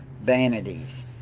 vanities